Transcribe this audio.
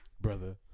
brother